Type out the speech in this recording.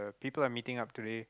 people are meeting up today